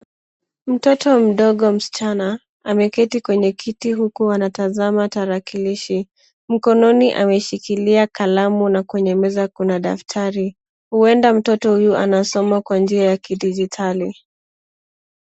Mtoto mdogo msichana ameketi kwenye kiti huku anatazama tarakilishi, mkononi ameshikilia kalamu na kwenye meza kuna daftari. Huenda mtoto huyu anasoma kwa njia ya kidijitali.